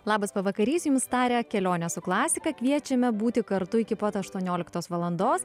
labas pavakarys jums taria kelionė su klasika kviečiame būti kartu iki pat aštuonioliktos valandos